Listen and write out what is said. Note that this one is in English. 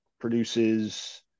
produces